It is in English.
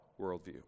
worldview